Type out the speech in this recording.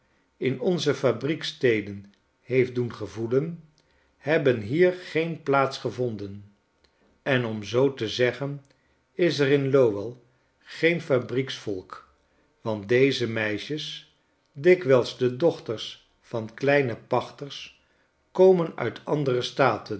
in onze fabrieksteden heeft doen gevoelen hebben hier geen plaats gevonden en om zoo te zeggen is er in lowell geen fabrieksvolk want deze meisjes dikwijls de dochters van kleine pachters komen uit andere staten